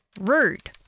Rude